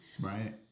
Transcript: right